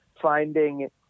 finding